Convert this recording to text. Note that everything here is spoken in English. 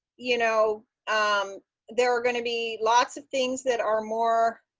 you know um there are going to be lots of things that are more